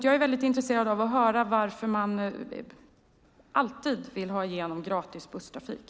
Jag vill gärna höra varför man vill ha igenom gratis busstrafik.